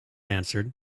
answered